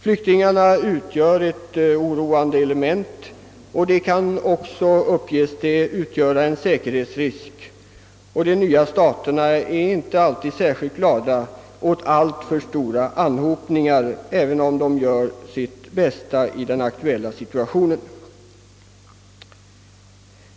Flyktingarna utgör ett oroande element, och de kan också, uppges det, bli en säkerhetsrisk. De nya staterna är inte alltid särskilt glada åt stora anhopningar av flyktingar, även om de gör det bästa av den aktuella situationen.